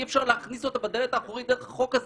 אי-אפשר להכניס אותה בדלת האחורית דרך החוק הזה.